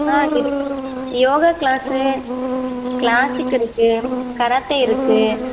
ஆ இருக்குது yoga class க்ளாஸிக் இருக்குது கராத்தே இருக்குது